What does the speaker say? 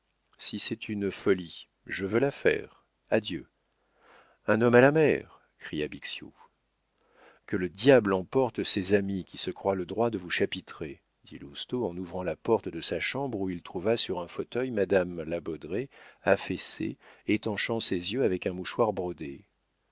si c'est une folie je veux la faire adieu un homme à la mer cria bixiou que le diable emporte ces amis qui se croient le droit de vous chapitrer dit lousteau en ouvrant la porte de sa chambre où il trouva sur un fauteuil madame la baudraye affaissée étanchant ses yeux avec un mouchoir brodé